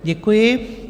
Děkuji.